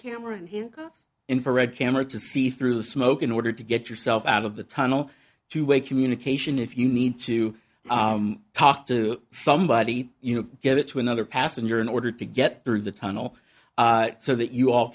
camera and his infrared camera to see through the smoke in order to get yourself out of the tunnel two way communication if you need to talk to somebody you know get it to another passenger in order to get through the tunnel so that you all